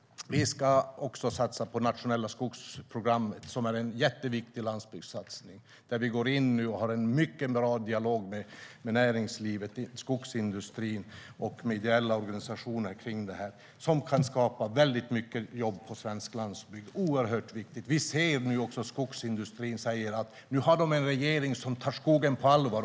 Vi ska satsa på det nationella skogsprogrammet, som är en jätteviktig landsbygdssatsning. Vi går nu in och har en mycket bra dialog med näringslivet, skogsindustrin och ideella organisationer, som kan skapa många jobb på svensk landsbygd. Det är oerhört viktigt. Skogsindustrin säger att de nu har en regering som tar skogen på allvar.